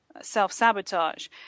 self-sabotage